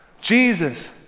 Jesus